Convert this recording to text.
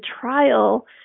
trial